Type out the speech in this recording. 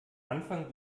anfang